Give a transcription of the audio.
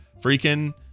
freaking